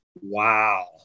wow